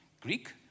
Greek